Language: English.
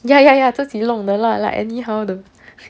ya ya ya 自己弄的 lah like anyhow 的